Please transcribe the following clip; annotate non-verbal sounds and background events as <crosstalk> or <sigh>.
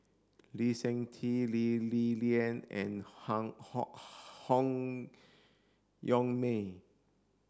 Lee Seng Tee Lee Li Lian and <unintelligible> Han Yong May